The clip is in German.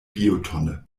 biotonne